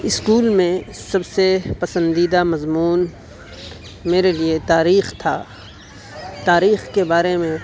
school میں سب سے پسندیدہ مضمون میرے لیے تاریخ تھا تاریخ کے بارے میں